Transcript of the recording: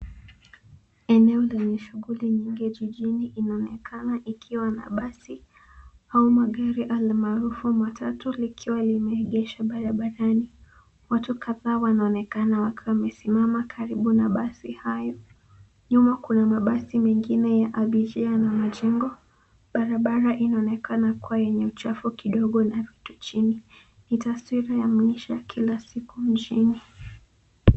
Eneo lenye shughuli nyingi jijini inaonekana ikiwa na basi ama gari almaarufu matatu likiwa limeegeshwa barabarani. Watu kadhaa wanonekana wakiwa wamesimama karibu na basi hayo. Nyuma kuna mabasi mengine ya abiria na majengo. Barabara inaonekana kwa yenye uchafu kidogo na vitu chini. Ni taswira ya maisha ya kila siku mjini.